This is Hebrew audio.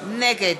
נגד